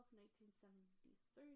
1973